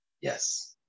Yes